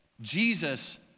Jesus